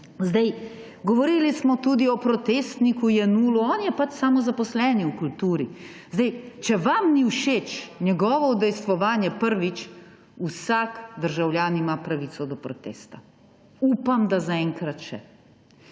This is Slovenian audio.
Govorili smo tudi o protestniku Jenullu. On je pač samozaposlen v kulturi. Zdaj, če vam ni všeč njegovo udejstvovanje: prvič, vsak državljan ima pravico do protesta. Upam, da zaenkrat še.